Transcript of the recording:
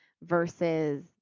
versus